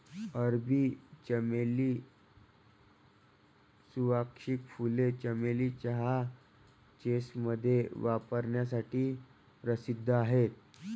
अरबी चमेली, सुवासिक फुले, चमेली चहा, लेसमध्ये वापरण्यासाठी प्रसिद्ध आहेत